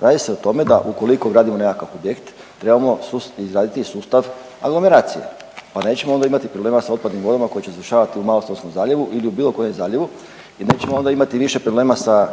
Radi se o tome da ukoliko gradimo nekakav projekt, trebamo sustav izgraditi i sustav aglomeracije pa nećemo onda imati problema s otpadnim vodama koje će završavati u Malostonskom zaljevu ili bilo kojem zaljevu i nećemo onda imati više problema sa